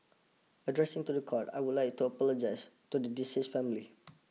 addressing to the court I would like to apologise to the deceased's family